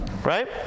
right